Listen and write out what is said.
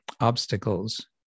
obstacles